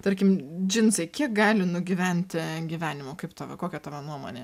tarkim džinsai kiek gali nugyventi gyvenimų kaip tavo kokia tavo nuomonė